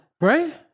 right